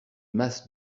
mas